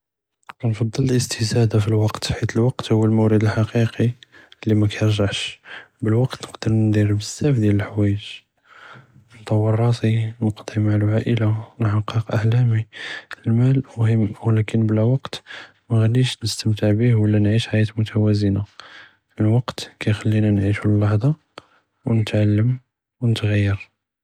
כנפצ׳ל אלאסתזאדה פי אלוואקּת חית אלוואקּת הוא אלמוּרְד אלחקי לִי מָכִירגּעש, ב־אלוואקּת נקדאר נדר בזיאף דיאל אלחוואייץ, נדור ראסי, נקדּי וואקּת מע אלעאילה, נחתק אחלמי, אלמאל מֻהם ו אבלאכן בלא וואקּת מוגאדיש נסתמתע ביה ו לא נعيش חיאא מתואזנה, אלוואקּת כיכּלינא נعيشו אלאלחזה ו נתעלם ו נתע׳יר.